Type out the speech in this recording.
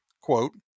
Quote